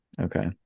Okay